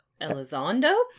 Elizondo